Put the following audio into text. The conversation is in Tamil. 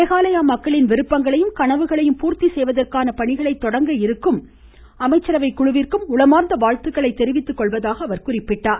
மேகாலயா மக்களின் விருப்பங்களையும் கனவுகளையும் பூர்த்தி செய்வதற்கான பணிகளை தொடங்க இருக்கும் இக்குழுவிற்கு உளமார்ந்த வாழ்த்துக்களை தெரிவித்துக்கொள்வதாக அவர் கூறினார்